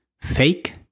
fake